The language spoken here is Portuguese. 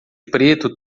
preto